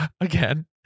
again